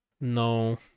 no